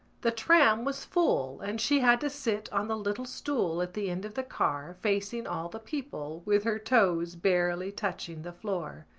the tram was full and she had to sit on the little stool at the end of the car, facing all the people, with her toes barely touching the floor.